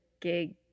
gig